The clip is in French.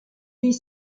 vit